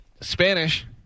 Spanish